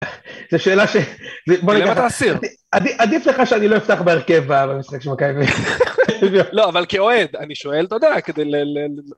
זה שאלה שבואנה למה אתה אסיר? עדיף לך שאני לא אפתח בהרכב במשחק של מכבי. לא, אבל כאועד, אני שואל תודה כדי למה.